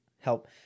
help